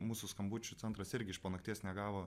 mūsų skambučių centras irgi iš po nakties negavo